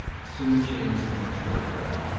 soon change things for the better.